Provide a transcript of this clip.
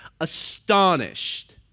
astonished